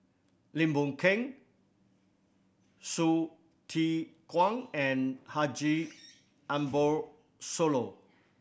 Lim Boon Keng Hsu Tse Kwang and Haji Ambo Sooloh